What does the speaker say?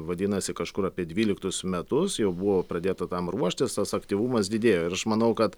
vadinasi kažkur apie dvyliktus metus jau buvo pradėta tam ruoštis tas aktyvumas didėjo ir aš manau kad